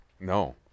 no